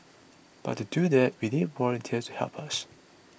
but to do that we need volunteers to help us